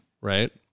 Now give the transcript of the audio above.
right